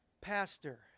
pastor